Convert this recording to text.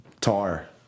Tar